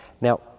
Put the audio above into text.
Now